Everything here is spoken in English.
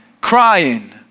crying